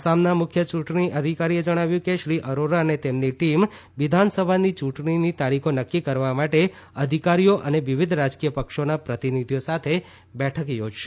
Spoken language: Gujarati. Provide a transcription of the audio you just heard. આસામના મુખ્ય યૂંટણી અધિકારીએ જણાવ્યું છે કે શ્રી અરોરા અને તેમની ટીમ વિધાનસભાની યૂંટણીની તારીખો નક્કી કરવા માટે અધિકારીઓ અને વિવિધ રાજકીય પક્ષોના પ્રતિનિધીઓ સાથે બેઠક યોજશે